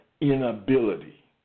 inability